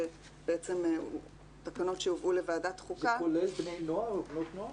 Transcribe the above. שבעצם הוא תקנות שהובאו לוועדת חוקה --- זה כולל בני נוער ובנות נוער?